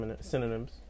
synonyms